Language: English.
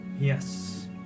Yes